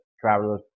travelers